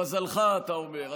למזלך, אתה אומר.